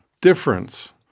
difference